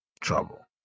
trouble